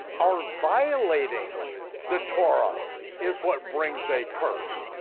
our violating the torah is what brings a curse.